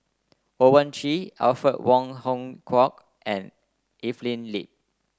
Owyang Chi Alfred Wong Hong Kwok and Evelyn Lip